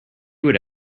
would